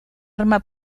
arma